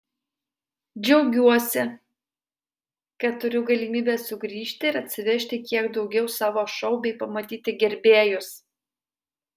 džiaugiuosi kad turiu galimybę sugrįžti ir atsivežti kiek daugiau savo šou bei pamatyti gerbėjus